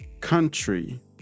country